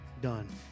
done